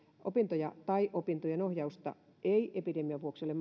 opintoja tai opintojen ohjausta ei epidemian vuoksi ole